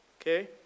Okay